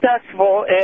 successful